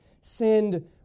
send